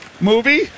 movie